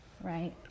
Right